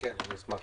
אשמח.